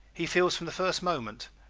he feels from the first moment,